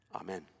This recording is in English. Amen